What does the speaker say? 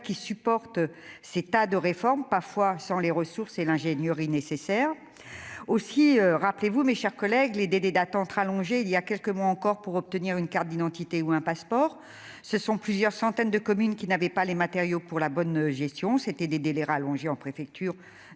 qui supporte ces tas de réforme parfois sans les ressources et l'ingénieur est nécessaire aussi, rappelez-vous, mes chers collègues, les délais d'attente rallongés, il y a quelques mois encore pour obtenir une carte d'identité ou un passeport, ce sont plusieurs centaines de communes qui n'avait pas les matériaux pour la bonne gestion, c'était des délais rallongés en préfecture